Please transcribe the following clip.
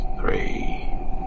three